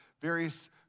various